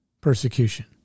persecution